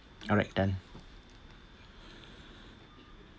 alright then